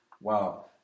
Wow